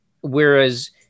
whereas